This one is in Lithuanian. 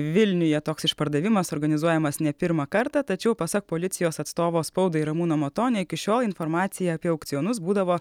vilniuje toks išpardavimas organizuojamas ne pirmą kartą tačiau pasak policijos atstovo spaudai ramūno matonio iki šiol informacija apie aukcionus būdavo